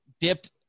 dipped